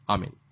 Amen